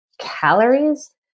calories